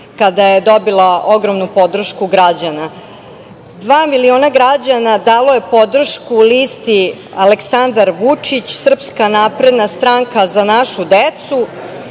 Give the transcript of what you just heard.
kada je dobila ogromnu podršku građana. Dva miliona građana dalo je podršku listi Aleksandar Vučić – Srpska napredna stranka – Za našu decu